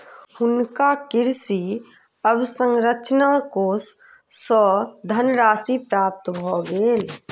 हुनका कृषि अवसंरचना कोष सँ धनराशि प्राप्त भ गेल